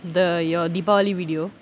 the your deepavali video